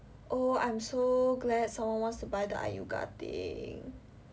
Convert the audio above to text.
oh I'm so glad someone wants to buy the Iuiga thing